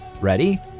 Ready